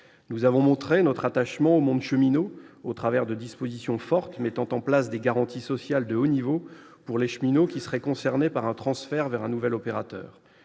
Nous avons montré notre attachement au monde cheminot au travers de dispositions fortes mettant en place des garanties sociales de haut niveau pour les cheminots qui seraient concernés par un transfert vers un nouvel opérateur.